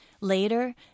later